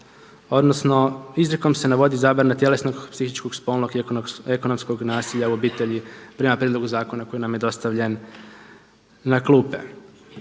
odnosno izrijekom se navodi zabrana tjelesnog, psihičkog, spolnog i ekonomskog nasilja u obitelji prema prijedlogu zakona koji nam je dostavljen na klupe.